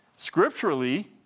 Scripturally